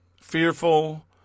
fearful